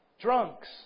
drunks